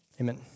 Amen